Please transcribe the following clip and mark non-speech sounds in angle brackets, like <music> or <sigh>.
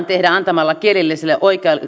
<unintelligible> tehdä antamalla kielellisille